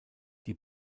die